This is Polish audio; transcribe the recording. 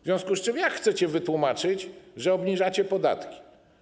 W związku z czym jak chcecie wytłumaczyć, że obniżacie podatki?